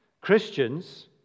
Christians